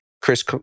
Chris